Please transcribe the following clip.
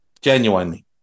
Genuinely